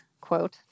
quote